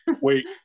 Wait